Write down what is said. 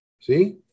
See